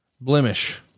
blemish